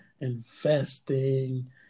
investing